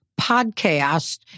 podcast